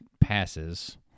passes